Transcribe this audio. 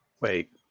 wait